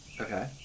Okay